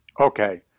Okay